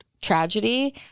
tragedy